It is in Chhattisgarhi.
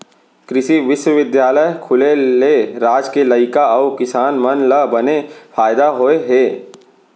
कृसि बिस्वबिद्यालय खुले ले राज के लइका अउ किसान मन ल बने फायदा होय हे